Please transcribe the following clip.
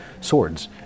swords